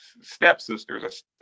stepsisters